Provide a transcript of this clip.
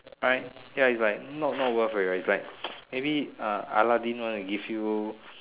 right ya it's like not not worth already is like maybe Aladdin want to give you